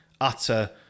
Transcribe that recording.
utter